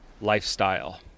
lifestyle